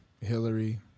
Hillary